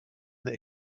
that